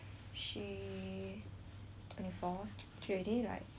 twenty four she already like start started like so long ago when